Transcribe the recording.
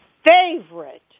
favorite